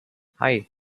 hei